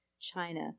China